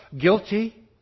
guilty